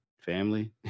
family